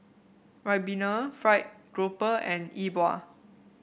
ribena fried grouper and Yi Bua